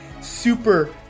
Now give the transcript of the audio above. super